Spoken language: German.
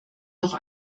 noch